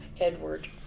Edward